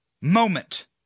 moment